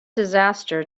disaster